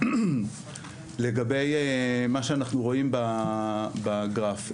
לגבי מה שאנחנו רואים בגרף,